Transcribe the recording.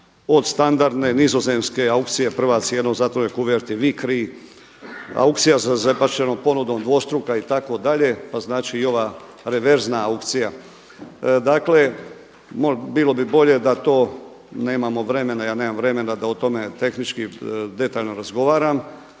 od standardne, nizozemske, aukcije prva cijena u zatvorenoj koverti Vikri, aukcija sa zabačenom ponudom, dvostruk itd. pa znači i ova reverzna aukcija. Dakle bilo bi bolje da to nemamo vremena, ja nemam vremena da o tome tehnički detaljno razgovaram